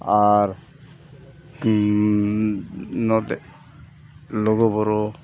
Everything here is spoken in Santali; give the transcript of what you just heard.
ᱟᱨ ᱱᱚᱛᱮ ᱞᱩᱜᱩᱼᱵᱩᱨᱩ